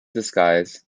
disguise